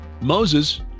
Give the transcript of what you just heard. Moses